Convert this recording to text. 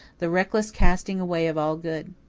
the reckless casting away of all good.